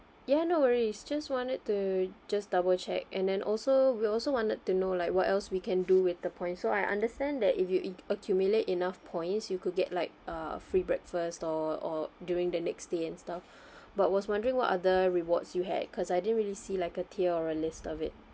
ya no worries just wanted to just double check and then also we also wanted to know like what else we can do with the points so I understand that if you ic~ accumulate enough points you could get like a free breakfast or or during the next day and stuff but was wondering what other rewards you have because I didn't really see like a tier or a list of it